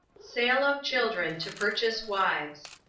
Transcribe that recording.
sale of children to purchase wives.